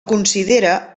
considera